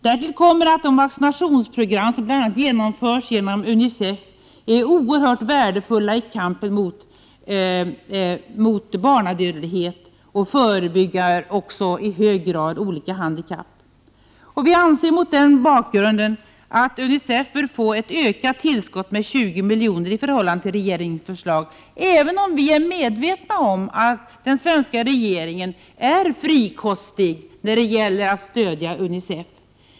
Därtill kommer att de vaccinationsprogram som bl.a. genomförs genom UNICEF är oerhört värdefulla i kampen mot barnadödlighet och för att i hög grad förebygga olika handikapp. Vi anser därför att UNICEF bör få ett ökat tillskott med 20 milj.kr. i förhållande till regeringens förslag, även om vi är medvetna om att den svenska regeringen är frikostig när det gäller att stödja UNICEF.